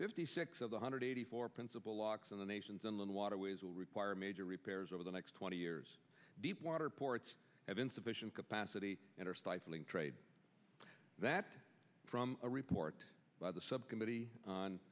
fifty six of one hundred eighty four principal locks on the nation's inland waterways will require major repairs over the next twenty years deep water ports have insufficient capacity and are stifling trade that from a report by the subcommittee on